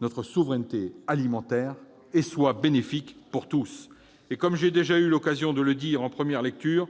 notre souveraineté alimentaire et soit bénéfique à tous. Comme j'ai déjà eu l'occasion de le dire en première lecture,